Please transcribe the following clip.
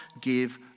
give